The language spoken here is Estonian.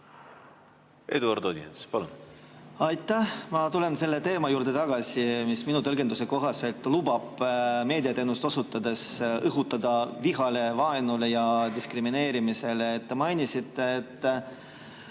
liiga ei tehtaks. Aitäh! Ma tulen selle teema juurde tagasi, mis minu tõlgenduse kohaselt lubab meediateenust osutades õhutada vihale, vaenule ja diskrimineerimisele. Te mainisite, et